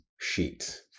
sheet